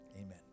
Amen